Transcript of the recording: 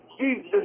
Jesus